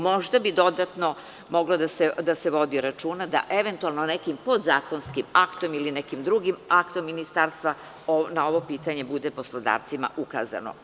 Možda bi dodatno moglo da se vodi računa da eventualno nekim podzakonskim aktom, ili nekim drugim aktom Ministarstva, na ovo pitanje bude poslodavcima ukazano.